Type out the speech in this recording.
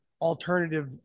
alternative